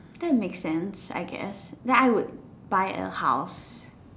is that make sense I guess then I would buy a house